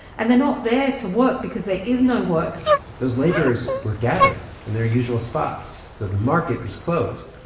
and they're not there to work because there is no work those laborers were gathering in their usual spots, though the market was closed